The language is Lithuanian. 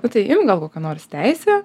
nu tai imk gal kokią nors teisę